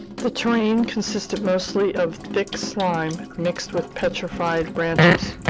the terrain consisted mostly of thick slime mixed with petrified branches,